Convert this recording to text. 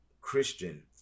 Christian